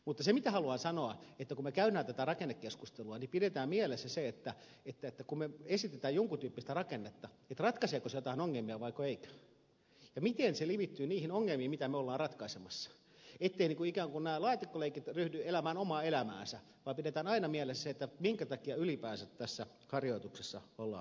mutta se mitä haluan sanoa on että kun me käymme tätä rakennekeskustelua niin pidetään mielessä kun me esitämme jonkun tyyppistä rakennetta ratkaiseeko se jotain ongelmia vaiko ei ja miten se limittyy niihin ongelmiin mitä me olemme ratkaisemassa etteivät ikään kuin nämä laatikkoleikit ryhdy elämään omaa elämäänsä vaan pidetään aina mielessä minkä takia ylipäänsä tässä harjoituksessa ollaan mukana